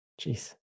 Jeez